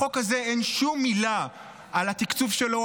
בחוק הזה אין שום מילה על התקצוב שלו,